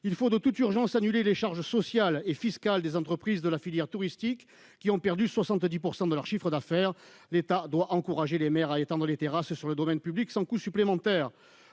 Il faut de toute urgence annuler les charges sociales et fiscales des entreprises de la filière touristique, qui ont perdu 70 % de leur chiffre d'affaires. L'État doit encourager les maires à étendre les terrasses sur le domaine public sans coût supplémentaire.